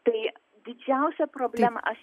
tai didžiausia problema